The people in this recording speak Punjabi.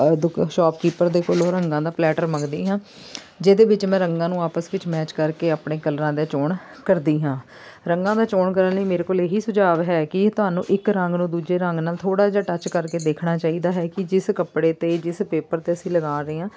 ਦੁਕ ਸ਼ੋਪ ਕੀਪਰ ਦੇ ਕੋਲੋਂ ਰੰਗਾਂ ਦਾ ਪਲੈਟਰ ਮੰਗਦੀ ਹਾਂ ਜਿਹਦੇ ਵਿੱਚ ਮੈਂ ਰੰਗਾਂ ਨੂੰ ਆਪਸ ਵਿੱਚ ਮੈਚ ਕਰਕੇ ਆਪਣੇ ਕਲਰਾਂ ਦੀ ਚੋਣ ਕਰਦੀ ਹਾਂ ਰੰਗਾਂ ਦੀ ਚੋਣ ਕਰਨ ਲਈ ਮੇਰੇ ਕੋਲ ਇਹੀ ਸੁਝਾਵ ਹੈ ਕਿ ਤੁਹਾਨੂੰ ਇੱਕ ਰੰਗ ਨੂੰ ਦੂਜੇ ਰੰਗ ਨਾਲ ਥੋੜ੍ਹਾ ਜਿਹਾ ਟੱਚ ਕਰਕੇ ਦੇਖਣਾ ਚਾਹੀਦਾ ਹੈ ਕਿ ਜਿਸ ਕੱਪੜੇ 'ਤੇ ਜਿਸ ਪੇਪਰ 'ਤੇ ਅਸੀਂ ਲਗਾ ਰਹੇ ਹਾਂ